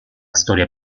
storia